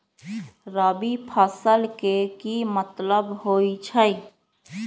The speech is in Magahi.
रबी फसल के की मतलब होई छई?